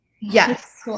Yes